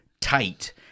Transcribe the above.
tight